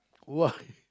why